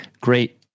Great